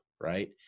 right